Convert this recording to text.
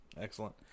Excellent